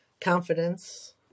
confidence